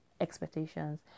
expectations